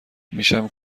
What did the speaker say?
میشم